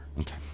Okay